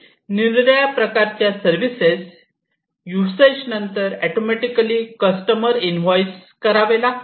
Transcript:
निरनिराळ्या प्रकारच्या services usage नंतर ऑटोमॅटिकली कस्टमर इंवोईस करावे लागते